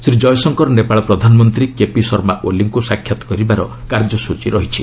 ଶ୍ରୀ କୟଶଙ୍କର ନେପାଳ ପ୍ରଧାନ ମନ୍ତ୍ରୀ K P Sharma ଓଲିଙ୍କୁ ସାକ୍ଷାତ୍ କରିବାର କାର୍ଯ୍ୟସ୍ଟଚୀ ରହିଛି